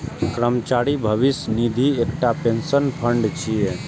कर्मचारी भविष्य निधि एकटा पेंशन फंड छियै